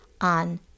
on